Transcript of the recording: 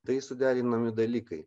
tai suderinami dalykai